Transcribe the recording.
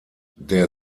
der